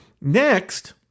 Next